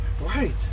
Right